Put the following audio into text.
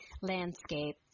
landscape